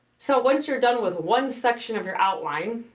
so once you're done with one section of your outline,